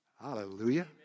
Hallelujah